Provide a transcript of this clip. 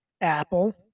Apple